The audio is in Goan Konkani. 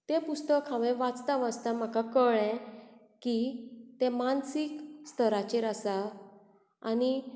तें पुस्तक हांवें वाचतां वाचतां म्हाका कळ्ळें की तें मानसीक स्थराचेर आसा आनी